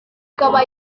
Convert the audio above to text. akaba